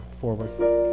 forward